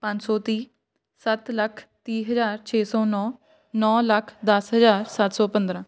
ਪੰਜ ਸੌ ਤੀਹ ਸੱਤ ਲੱਖ ਤੀਹ ਹਜ਼ਾਰ ਛੇ ਸੌ ਨੌ ਨੌ ਲੱਖ ਦਸ ਹਜ਼ਾਰ ਸੱਤ ਸੌ ਪੰਦਰਾਂ